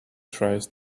tries